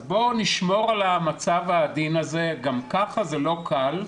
אז בואו נשמור על המצב העדין הזה, גם כך זה לא קל.